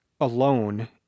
alone